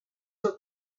were